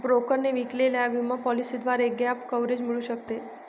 ब्रोकरने विकलेल्या विमा पॉलिसीद्वारे गॅप कव्हरेज मिळू शकते